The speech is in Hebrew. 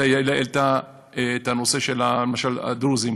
אתה העלית את הנושא של הרשויות הדרוזיות,